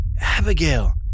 Abigail